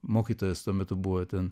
mokytojas tuo metu buvo ten